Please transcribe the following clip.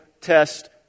test